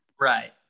right